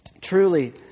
Truly